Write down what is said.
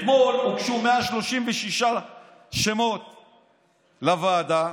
אתמול הוגשו 136 שמות לוועדה,